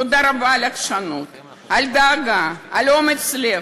תודה רבה על העקשנות, על הדאגה, על אומץ הלב,